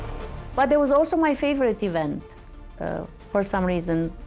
but it was also my favourite event for some reason,